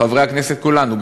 חברי הכנסת כולנו,